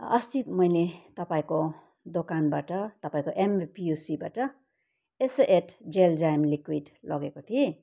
अस्ति मैले तपाईँको दोकानबाट तपाईँको एमभिपियुसीबाट एस एट जेल जाम लिक्विड लगेको थिएँ